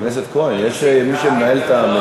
מה, אבל, חבר הכנסת כהן, יש מי שמנהל את המליאה.